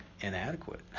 inadequate